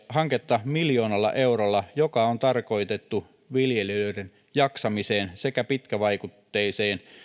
hanketta miljoonalla eurolla joka on tarkoitettu viljelijöiden jaksamiseen sekä pitkävaikutteiseen